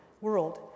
World